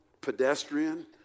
pedestrian